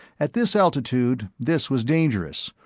at this altitude, this was dangerous,